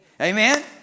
Amen